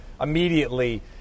immediately